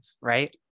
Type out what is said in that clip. right